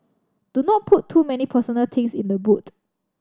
do not put too many personal things in the boot